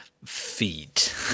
feet